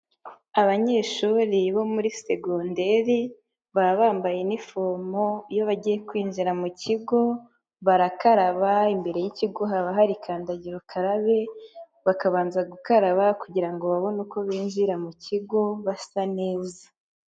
Abanyeshuri bo muri segonderi, baba bambaye inifomo, iyo bagiye kwinjira mu kigo, barakaraba, imbere y'ikigo haba hari kandagira ukarabe, bakabanza gukaraba ngo babone uko binjira mu kigo basa neza.